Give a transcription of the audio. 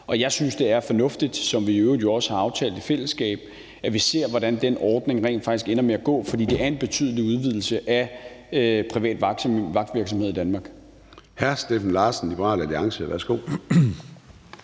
og jeg synes, det er fornuftigt, at vi ser, som vi i øvrigt også har aftalt i fællesskab, hvordan den ordning rent faktisk ender med at gå, for det er en betydelig udvidelse af privat vagtvirksomhed i Danmark. Kl. 12:49 Formanden (Søren Gade): Hr. Steffen Larsen, Liberal Alliance. Værsgo.